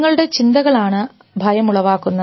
നിങ്ങളുടെ ചിന്തകൾ ആണ് ഭയം ഉളവാക്കുന്നത്